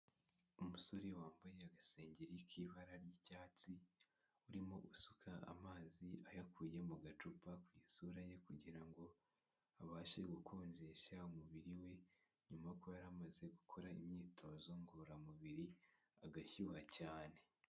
Umusore wambaye agasengeri k'ibara ry'icyatsi, urimo usuka amazi ayakuye mu gacupa ku isura ye kugira ngo abashe gukonjesha umubiri we, nyuma yo kuba yari amaze gukora imyitozo ngororamubiri agashyuha cyane.